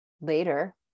Later